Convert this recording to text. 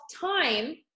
time